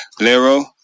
Lero